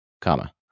comma